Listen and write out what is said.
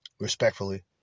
Respectfully